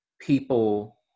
people